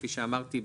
כפי שאמרתי,